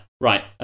Right